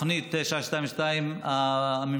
תוכנית 922 הממשלתית,